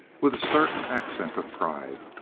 with a certain accent of pride.